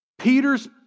Peter's